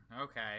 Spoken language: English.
okay